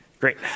Great